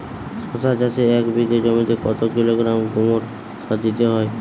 শশা চাষে এক বিঘে জমিতে কত কিলোগ্রাম গোমোর সার দিতে হয়?